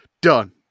Done